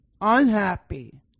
unhappy